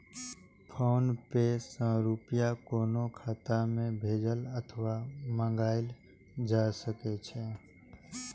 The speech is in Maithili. फोनपे सं रुपया कोनो खाता मे भेजल अथवा मंगाएल जा सकै छै